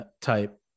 type